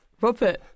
Robert